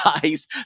guys